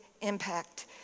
impact